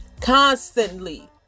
constantly